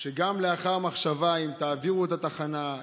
שגם לאחר מחשבה אם תעבירו את התחנה,